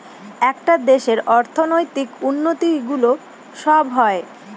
একটা দেশের অর্থনৈতিক উন্নতি গুলো সব হয়